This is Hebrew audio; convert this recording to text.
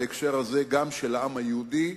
בהקשר הזה גם של העם היהודי,